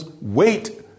wait